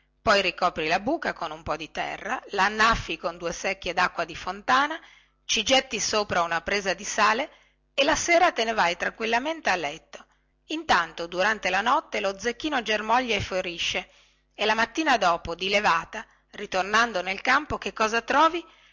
poi ricuopri la buca con un po di terra lannaffi con due secchie dacqua di fontana ci getti sopra una presa di sale e la sera te ne vai tranquillamente a letto intanto durante la notte lo zecchino germoglia e fiorisce e la mattina dopo di levata ritornando nel campo che cosa trovi